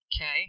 Okay